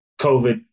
COVID